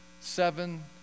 Seven